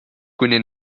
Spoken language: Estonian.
kuni